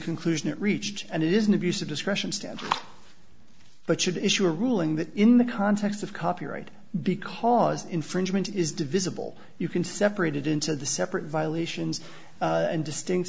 conclusion it reached and it is an abuse of discretion stand but should issue a ruling that in the context of copyright because infringement is divisible you can separate it into the separate violations and distinct